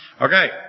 Okay